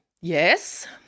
Yes